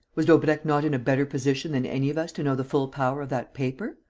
was daubrecq not in a better position than any of us to know the full power of that paper?